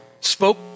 spoke